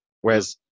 Whereas